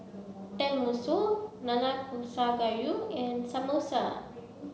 Tenmusu Nanakusa Gayu and Samosa